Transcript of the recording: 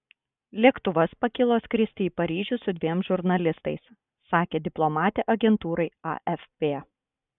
lėktuvas pakilo skristi į paryžių su dviem žurnalistais sakė diplomatė agentūrai afp